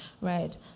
Right